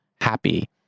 happy